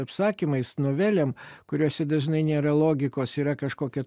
apsakymais novelėm kuriuose dažnai nėra logikos yra kažkokia